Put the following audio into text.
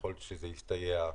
ככל שזה יסתייע,